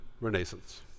renaissance